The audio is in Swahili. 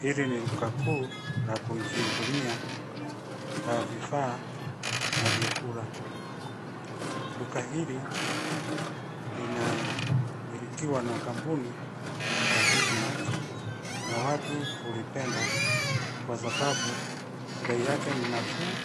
Hili ni duka kuu la kujihudumia la vifaa na vyakula. Duka hili linamilikiwa na kampuni ya Quick Mart na watu hulipenda kwa sababu bei yake ni nafuu